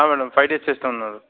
madam five days చేస్తా ఉన్నారు